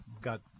got